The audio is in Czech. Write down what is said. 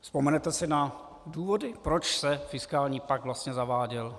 Vzpomenete si na důvody, proč se fiskální pakt vlastně zaváděl?